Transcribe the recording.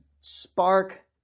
spark